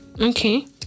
Okay